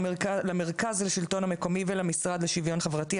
למרכז לשלטון המקומי ולמשרד לשוויון חברתי,